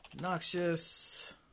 Noxious